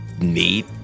neat